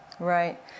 Right